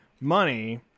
money